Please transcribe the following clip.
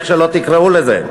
איך שלא תקראו לזה,